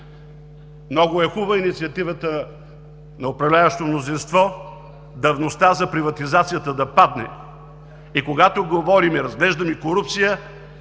Много е хубава инициативата на управляващото мнозинство – давността за приватизацията да падне и, когато говорим, и разглеждаме корупция,